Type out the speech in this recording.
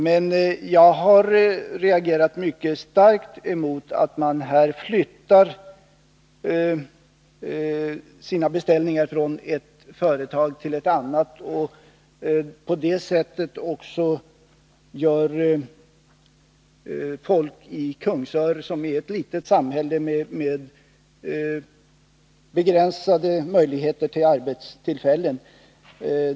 Men jag har reagerat mycket starkt emot att tillverkningen flyttas från ett företag till ett annat och att man på det sättet gör människor i Kungsör arbetslösa. Kungsör är ju ett litet samhälle med begränsade möjligheter att erbjuda arbetstillfällen.